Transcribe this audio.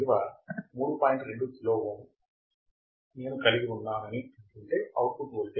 2K ohm నేనుకలిగి ఉన్నానని అనుకుంటే అవుట్పుట్ వోల్టేజ్ 4 వోల్ట్లులు